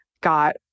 got